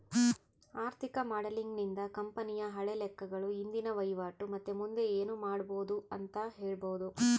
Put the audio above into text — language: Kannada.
ಆರ್ಥಿಕ ಮಾಡೆಲಿಂಗ್ ನಿಂದ ಕಂಪನಿಯ ಹಳೆ ಲೆಕ್ಕಗಳು, ಇಂದಿನ ವಹಿವಾಟು ಮತ್ತೆ ಮುಂದೆ ಏನೆನು ಮಾಡಬೊದು ಅಂತ ಹೇಳಬೊದು